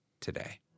today